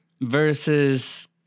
versus